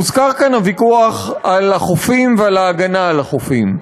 הוזכר כאן הוויכוח על החופים ועל ההגנה על החופים.